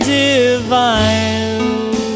divine